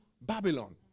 Babylon